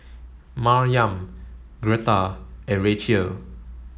Maryam Greta and Rachael